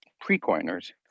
pre-coiners